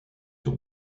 sur